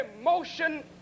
motion